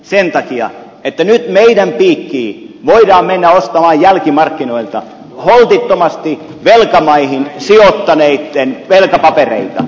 sen takia että nyt meidän piikkiin voidaan mennä ostamaan jälkimarkkinoilta holtittomasti velkamaihin sijoittaneitten velkapapereita